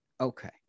Okay